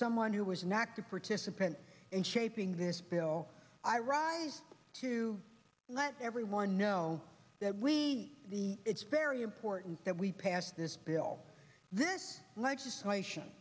someone who was not to participate in shaping this bill i rise to let everyone know that we it's very important that we pass this bill this legislation